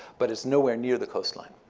but it's nowhere near the coastline.